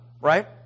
right